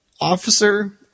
officer